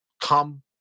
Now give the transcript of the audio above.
come